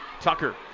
Tucker